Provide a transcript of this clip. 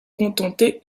contenter